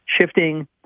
shifting